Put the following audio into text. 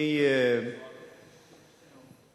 אדוני היושב-ראש,